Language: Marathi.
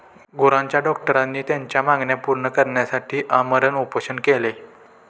गुरांच्या डॉक्टरांनी त्यांच्या मागण्या पूर्ण करण्यासाठी आमरण उपोषण केले